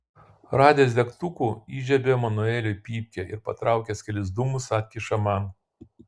radęs degtukų įžiebia manueliui pypkę ir patraukęs kelis dūmus atkiša man